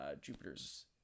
Jupiter's